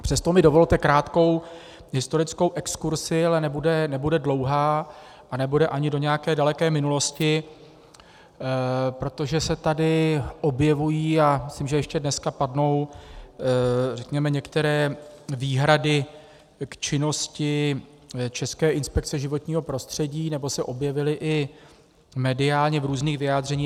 Přesto mi dovolte krátkou historickou exkurzi, ale nebude dlouhá, a nebude ani do nějaké daleké minulosti, protože se tady objevují, a myslím, že ještě dneska padnou, řekněme, některé výhrady k činnosti České inspekce životního prostředí, nebo se objevily i mediálně v různých vyjádřeních.